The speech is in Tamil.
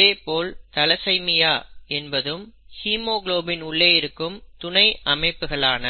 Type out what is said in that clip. இதேபோல தலசைமியா என்பதும் ஹீமோகுளோபின் உள்ளே இருக்கும் துணை அமைப்புகளான